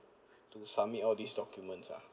to submit all these documents ah